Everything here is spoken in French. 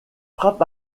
frappe